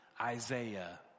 Isaiah